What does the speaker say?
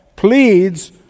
pleads